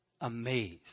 amazed